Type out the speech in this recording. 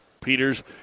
Peters